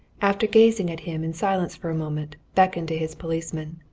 after gazing at him in silence for a moment, beckoned to his policeman.